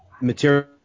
material